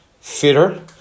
fitter